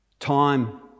Time